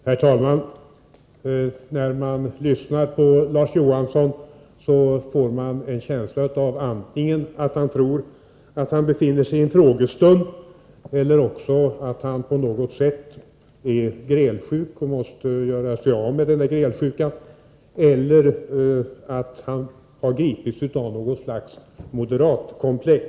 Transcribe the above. Herr talman! När man lyssnar på Larz Johansson får man en känsla av antingen att han tror att han befinner sig i en frågestund eller att han på något sätt är grälsjuk och måste göra sig av med sin grälsjuka — eller också att han gripits av något slags moderatkomplex.